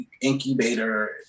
incubator